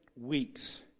weeks